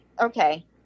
Okay